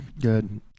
Good